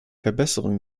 verbesserung